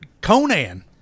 Conan